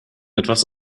etwas